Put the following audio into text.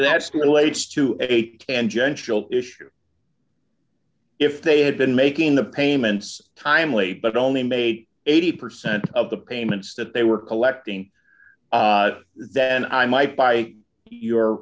that stimulates to eight and gentill issue if they had been making the payments timely but only made eighty percent of the payments that they were collecting then i might buy your